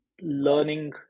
learning